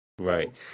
Right